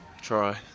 Try